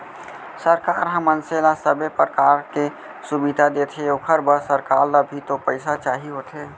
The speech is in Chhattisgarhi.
सरकार ह मनसे ल सबे परकार के सुबिधा देथे ओखर बर सरकार ल भी तो पइसा चाही होथे